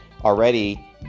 Already